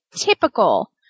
typical